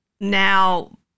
now